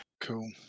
Cool